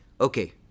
okay